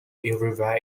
everywhere